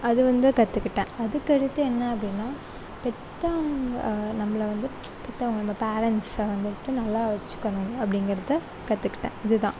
அது வந்து கற்றுக்கிட்டேன் அதுக்கு அடுத்து என்ன அப்படின்னா பெற்றவங்க நம்மளை வந்து பெற்றவங்க நம்ப பேரெண்ட்ஸை வந்துட்டு நல்லா வச்சுக்கணும் அப்படிங்கிறத கற்றுக்கிட்டேன் இதுதான்